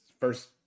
first